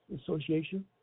Association